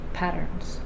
patterns